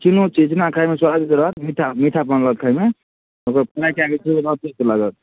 चन्नो छै जेना खाइमे स्वाद रहत मीठा मीठापन रहत खाइमे अगर चन्ना खाइ कए खूब स्वाद लागत